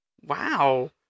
Wow